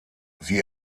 sie